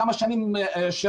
כמה השנים ששירתנו,